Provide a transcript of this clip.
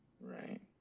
Right